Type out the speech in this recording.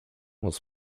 was